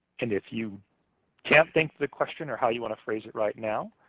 and if you can't think of the question or how you want to phrase it right now,